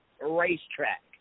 racetrack